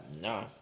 No